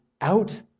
out